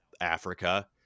Africa